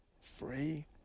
free